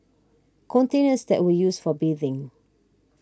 containers that were used for bathing